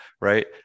Right